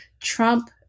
Trump